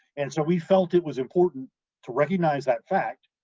and so we felt it was important to recognize that fact,